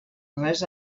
res